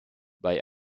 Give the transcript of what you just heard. bei